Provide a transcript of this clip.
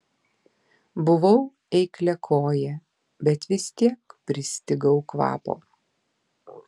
buvau eikliakojė bet vis tiek pristigau kvapo